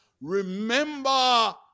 Remember